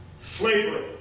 Slavery